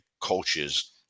coaches –